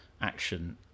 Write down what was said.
action